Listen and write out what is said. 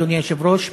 אדוני היושב-ראש,